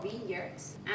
vineyards